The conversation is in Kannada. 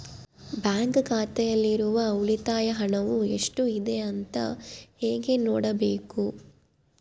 ಬ್ಯಾಂಕ್ ಖಾತೆಯಲ್ಲಿರುವ ಉಳಿತಾಯ ಹಣವು ಎಷ್ಟುಇದೆ ಅಂತ ಹೇಗೆ ನೋಡಬೇಕು?